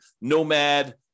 nomad